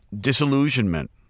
disillusionment